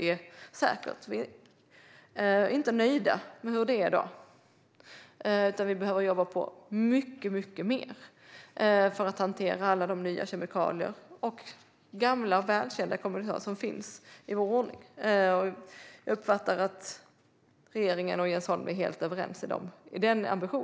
Vi är inte nöjda med hur det är i dag utan behöver jobba mycket mer för att hantera alla nya, gamla och välkända kemikalier som finns i vår omgivning. Jag uppfattar att regeringen och Jens Holm är helt överens om den ambitionen.